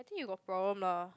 think you got problem lah